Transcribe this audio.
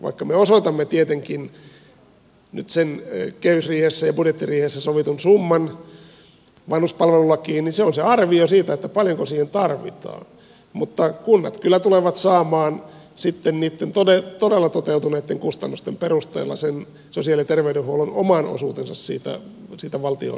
vaikka me nyt osoitamme tietenkin sen kehysriihessä ja budjettiriihessä sovitun summan vanhuspalvelulakiin niin se on se arvio siitä että paljonko siihen tarvitaan mutta kunnat kyllä tulevat saamaan sitten niitten todella toteutuneitten kustannusten perusteella sen sosiaali ja terveydenhuollon oman osuutensa siitä valtionosuuksien potista